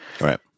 Right